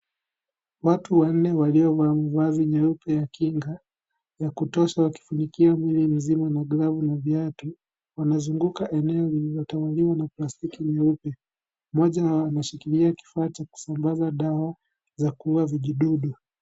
Watu wanne waliovaa mavazi nyeupe ya kinga, ya kufunikia mwili mzima, glavu na viatu, wanazunguka eneo lililotawaliwa na plastiki nyeupe. Mmoja wao ameshikilia kifaa cha kusambaza dawa za kuua vijidudu.